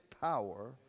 power